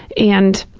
and